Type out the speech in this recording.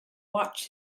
watch